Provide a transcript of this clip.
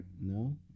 no